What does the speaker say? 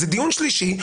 זה דיון שלישי.